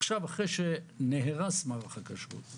עכשיו אחרי שנהרס מערך הכשרות,